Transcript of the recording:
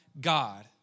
God